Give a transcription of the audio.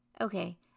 Okay